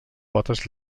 potes